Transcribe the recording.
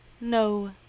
no